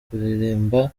kuririmba